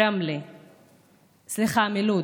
לוד,